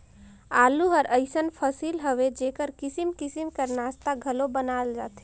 आलू हर अइसन फसिल हवे जेकर किसिम किसिम कर नास्ता घलो बनाल जाथे